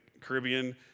Caribbean